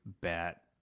bat